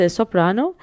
soprano